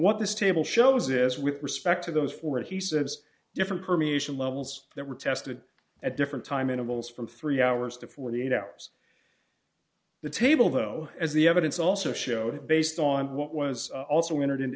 what this table shows is with respect to those four he says different permutation levels that were tested at different time intervals from three hours to forty eight hours the table though as the evidence also showed based on what was also entered in